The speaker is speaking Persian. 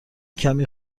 کمی